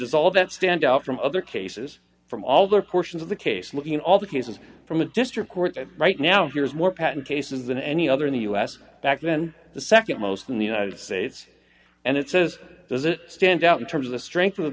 does all that stand out from other cases from all their portions of the case looking all the cases from a district court right now here's more patent cases than any other in the u s back then the nd most in the united states and it says does it stand out in terms of the strength of